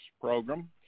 program